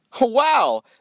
Wow